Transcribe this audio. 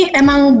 emang